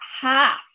half